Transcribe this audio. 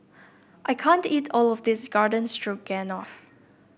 I can't eat all of this Garden Stroganoff